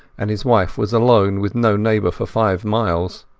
and his wife was alone, with no neighbour for five miles.